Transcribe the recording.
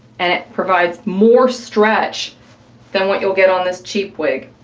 and it provides more stretch than what you'll get on this cheap wig.